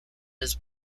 has